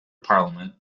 parliament